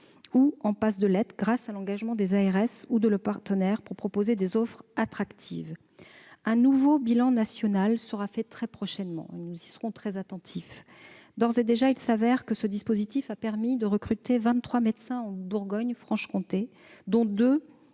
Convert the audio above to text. en passe de l'être, grâce à l'engagement des ARS et de leurs partenaires pour proposer des offres attractives. Un nouveau bilan national sera fait très prochainement. D'ores et déjà, il s'avère que ce dispositif a permis de recruter vingt-trois médecins en Bourgogne-Franche-Comté, dont, plus